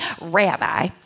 Rabbi